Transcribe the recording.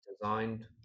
designed